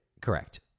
Correct